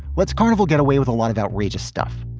what's carnival get away with? a lot of outrageous stuff.